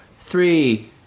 three